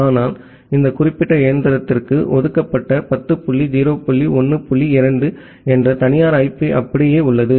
ஆனால் இந்த குறிப்பிட்ட இயந்திரத்திற்கு ஒதுக்கப்பட்ட 10 டாட் 0 டாட் 1 டாட் 2 என்ற தனியார் ஐபி அப்படியே உள்ளது